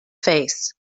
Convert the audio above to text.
face